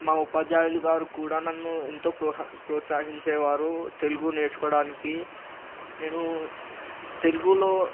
మా ఉపాధ్యాయులు గారు కూడా నన్ను ఎంతో ప్రోహ ప్రోత్సహించేవారు తెలుగు నేర్చుకోవడానికి నేనూ తెలుగులో